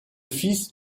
fils